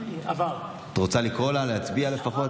את רוצה לקרוא לה להצביע לפחות?